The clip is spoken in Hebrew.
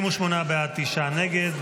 88 בעד, תשעה נגד.